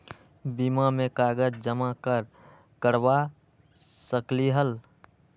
बीमा में कागज जमाकर करवा सकलीहल?